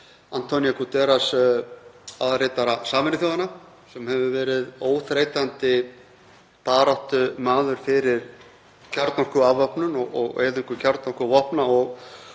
António Guterres, aðalritara Sameinuðu þjóðanna, sem hefur verið óþreytandi baráttumaður fyrir kjarnorkuafvopnun og eyðingu kjarnorkuvopna